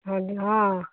ਹਾਂਜੀ ਹਾਂ